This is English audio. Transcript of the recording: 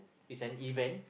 is an event